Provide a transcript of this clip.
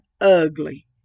ugly